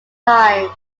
times